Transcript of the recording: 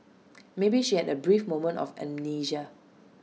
maybe she had A brief moment of amnesia